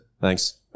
Thanks